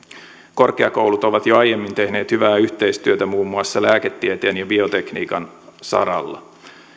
korkeakoulut ovat jo aiemmin tehneet hyvää yhteistyötä muun muassa lääketieteen ja biotekniikan saralla